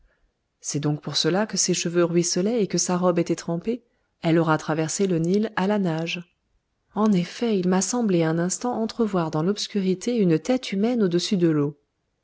c'est donc pour cela que ses cheveux ruisselaient et que sa robe était trempée elle aura traversé le nil à la nage en effet il m'a semblé un instant entrevoir dans l'obscurité une tête humaine au-dessus de l'eau